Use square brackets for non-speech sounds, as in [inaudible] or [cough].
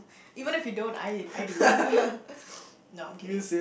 even if you don't I I do [laughs] no I'm kidding